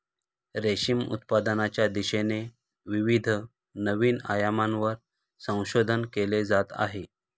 रेशीम उत्पादनाच्या दिशेने विविध नवीन आयामांवर संशोधन केले जात आहे